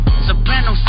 Soprano